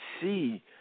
see